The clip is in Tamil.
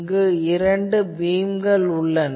இங்கு இரண்டு பீம்கள் உள்ளன